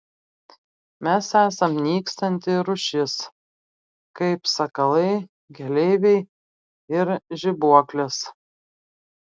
mes esam nykstanti rūšis kaip sakalai keleiviai ir žibuoklės